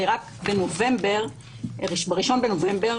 הרי רק ב-1 בנובמבר,